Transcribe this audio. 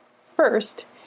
First